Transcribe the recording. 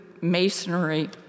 masonry